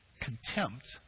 contempt